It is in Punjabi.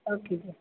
ਓਕੇ ਜੀ ਓਕੇ